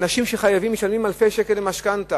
אנשים שחייבים משלמים אלפי שקלים על המשכנתה